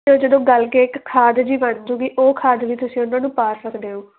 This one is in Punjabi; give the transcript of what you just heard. ਅਤੇ ਉਹ ਜਦੋਂ ਗਲ ਕੇ ਇੱਕ ਖਾਦ ਜੀ ਬਣ ਜੂਗੀ ਉਹ ਖਾਦ ਵੀ ਤੁਸੀਂ ਉਹਨਾਂ ਨੂੰ ਪਾ ਸਕਦੇ ਹੋ